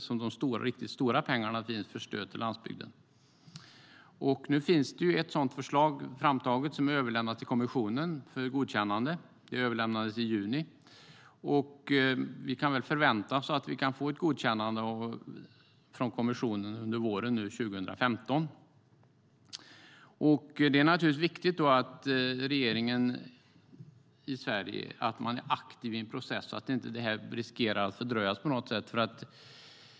Där finns de riktigt stora pengarna för stöd till landsbygden. Nu finns det ett förslag framtaget som är överlämnat till kommissionen för godkännande. Det överlämnades i juni. Vi kan förvänta oss ett godkännande från kommissionen under våren 2015. Det är naturligtvis viktigt att regeringen i Sverige är aktiv i processen så att det inte riskerar att bli en fördröjning.